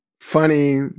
funny